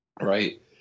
Right